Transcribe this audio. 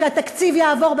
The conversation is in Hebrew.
כשהתקציב יעבור,